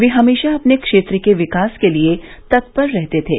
वे हमेशा अपने क्षेत्र के विकास के लिये तत्पर रहते थे